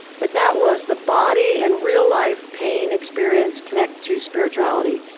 but that was the body and real-life pain experience connected to spirituality,